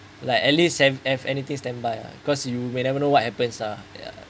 like at least have have anythings standby lah cause you will never know what happens lah